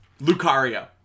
Lucario